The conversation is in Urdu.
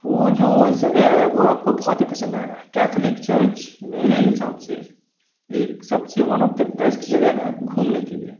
وہ جو جگہ ہے وہ آپ کو بہت ہی پسند آئے گا کیتھلک چرچ میرے حساب سے ایک سب سے ون آف دا بیسٹ جگہ ہے گھومنے کے لیے